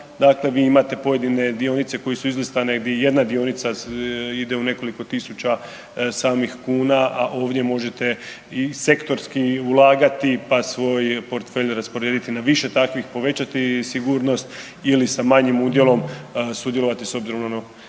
Dakle, vi imate pojedine dionice koje su izlistane di jedna dionica ide u nekoliko tisuća samih kuna, a ovdje možete i sektorski ulagati, pa svoj portfelj rasporediti na više takvih, povećati sigurnost ili sa manjim udjelom sudjelovati s obzirom na ono